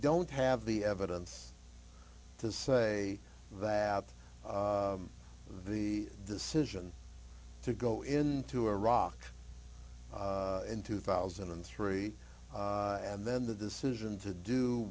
don't have the evidence to say that the decision to go into iraq in two thousand and three and then the decision to do